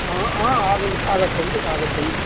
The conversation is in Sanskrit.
आगच्छन्तु आगच्छन्तु